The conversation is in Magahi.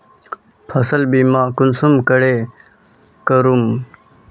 फसल बीमा कुंसम करे करूम?